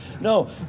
no